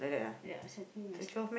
ya setting must